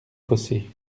fossés